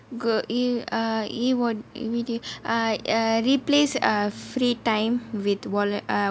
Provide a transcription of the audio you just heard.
what immediate err replace err free time with wallet err